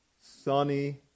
sunny